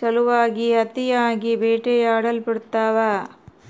ಸಲುವಾಗಿ ಅತಿಯಾಗಿ ಬೇಟೆಯಾಡಲ್ಪಡ್ತವ